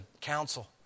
counsel